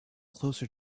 closer